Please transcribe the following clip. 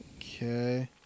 okay